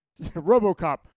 Robocop